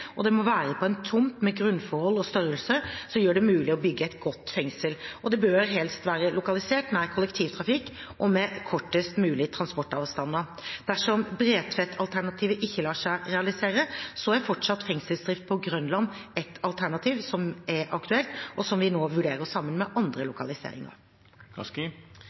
Det må være på en tomt med grunnforhold og størrelse som gjør det mulig å bygge et godt fengsel, og det bør helst være lokalisert nær kollektivtrafikk og med kortest mulige transportavstander. Dersom Bredtvet-alternativet ikke lar seg realisere, er fortsatt fengselsdrift på Grønland et aktuelt alternativ som vi nå vurderer sammen med andre lokaliseringer.